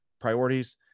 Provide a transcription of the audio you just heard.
Priorities